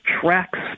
tracks